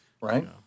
right